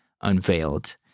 unveiled